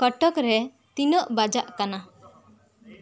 ᱠᱚᱴᱚᱠ ᱨᱮ ᱛᱤᱱᱟᱹᱜ ᱵᱟᱡᱟᱜ ᱠᱟᱱᱟ